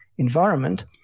environment